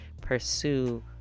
pursue